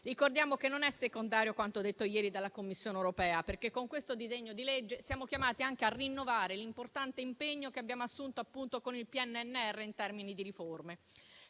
Ricordiamo che non è secondario quanto detto ieri dalla Commissione europea, perché con questo disegno di legge siamo chiamati anche a rinnovare l'importante impegno che abbiamo assunto con il PNNR in termini di riforme.